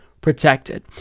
protected